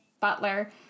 Butler